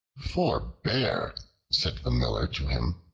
forbear, said the miller to him,